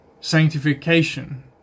Sanctification